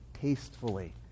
tastefully